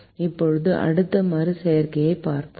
இப்போது அடுத்த மறு செய்கையைப் பார்ப்போம்